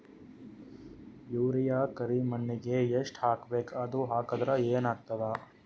Urea ಕರಿಮಣ್ಣಿಗೆ ಎಷ್ಟ್ ಹಾಕ್ಬೇಕ್, ಅದು ಹಾಕದ್ರ ಏನ್ ಆಗ್ತಾದ?